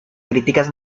críticas